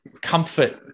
comfort